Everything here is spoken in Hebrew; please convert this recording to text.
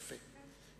יפה.